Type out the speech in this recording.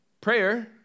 Prayer